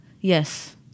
yes